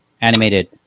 Animated